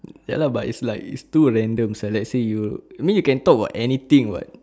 ya lah but it's like it's too random sia let's say you I mean you can talk about anything [what]